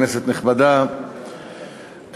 כנסת נכבדה,